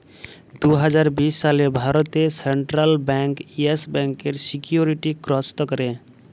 দু হাজার বিশ সালে ভারতে সেলট্রাল ব্যাংক ইয়েস ব্যাংকের সিকিউরিটি গ্রস্ত ক্যরে